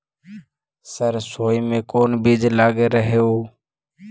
सरसोई मे कोन बीज लग रहेउ?